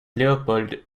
leopold